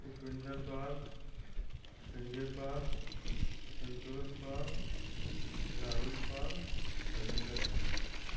Upendra Pal Sanjay Pal Santosh Pal Rahul Pal Dharmendra Pal